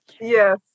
Yes